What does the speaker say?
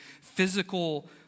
physical